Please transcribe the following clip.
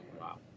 Wow